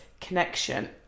connection